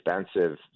expensive